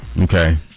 okay